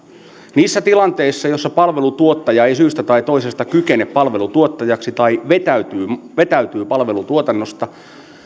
niissä tilanteissa joissa palvelutuottaja ei syystä tai toisesta kykene palvelutuottajaksi tai vetäytyy vetäytyy palvelutuotannosta